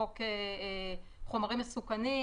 בחוק חומרים מסוכנים,